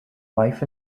life